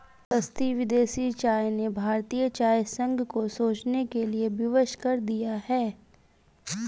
सस्ती विदेशी चाय ने भारतीय चाय संघ को सोचने के लिए विवश कर दिया है